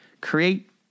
Create